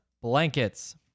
blankets